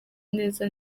neza